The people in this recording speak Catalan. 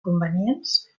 convenients